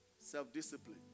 Self-discipline